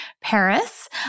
Paris